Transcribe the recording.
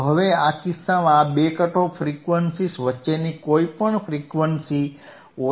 તો હવે આ કિસ્સામાં આ બે કટ ઓફ ફ્રીક્વન્સીઝ વચ્ચેની કોઈપણ ફ્રીક્વન્સી ઓછી થાય છે